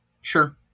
Sure